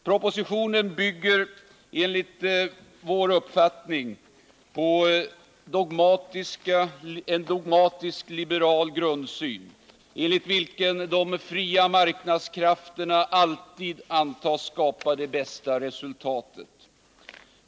Propositionen bygger enligt vår uppfattning på en dogmatisk liberal grundsyn, enligt vilken de fria marknadskrafterna alltid antas skapa det bästa resultatet.